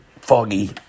foggy